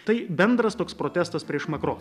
tai bendras toks protestas prieš makro